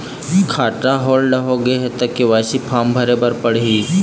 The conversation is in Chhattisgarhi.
खाता होल्ड हे ता के.वाई.सी फार्म भरे भरे बर पड़ही?